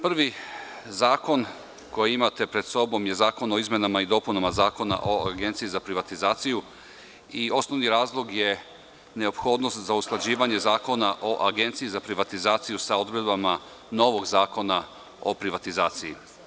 Prvi zakon koji imate pred sobom je zakon o izmenama i dopunama Zakona o Agenciji za privatizaciju i osnovni razlog je neophodnost za usklađivanje Zakona o Agenciji za privatizaciju sa odredbama novog Zakona o privatizaciji.